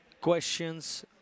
questions